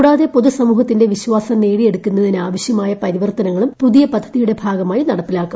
കൂടാതെ പൊതു സമൂഹത്തിന്റെ വിശ്വാസം നേടിയെടുക്കുന്നതിന് ആവശ്യമായ പരിവർത്തനങ്ങളും പുതിയ പദ്ധതിയുടെ ഭാഗമായി നടപ്പിലാക്കും